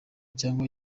cyangwa